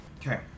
Okay